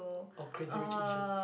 oh crazy-rich-asians